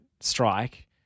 strike